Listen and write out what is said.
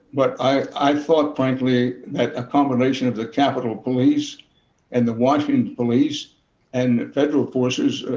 but i thought, frankly, that a combination of the capitol police and the washington police and federal forces,